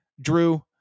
Drew